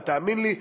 ותאמין לי,